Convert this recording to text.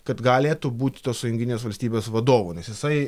kad galėtų būti tos sąjunginės valstybės vadovu nes jisai